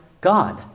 God